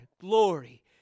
glory